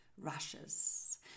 rushes